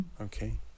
okay